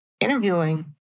interviewing